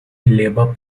labour